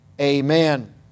Amen